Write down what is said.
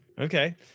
Okay